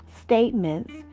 statements